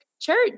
Church